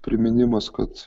priminimas kad